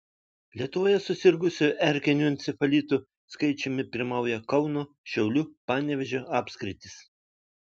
lietuvoje susirgusiųjų erkiniu encefalitu skaičiumi pirmauja kauno šiaulių panevėžio apskritys